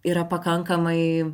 yra pakankamai